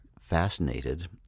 fascinated